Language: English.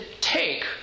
take